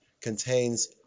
contains